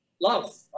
love